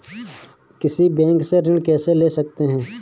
किसी बैंक से ऋण कैसे ले सकते हैं?